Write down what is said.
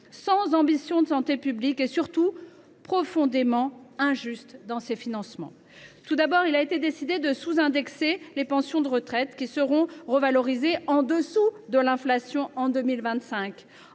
en matière de santé publique et, surtout, profondément injuste dans ses financements. Tout d’abord, le Gouvernement a décidé de sous indexer les pensions de retraite, qui seront revalorisées en dessous de l’inflation en 2025,